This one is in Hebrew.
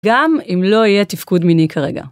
גם אם לא יהיה תפקוד מיני כרגע.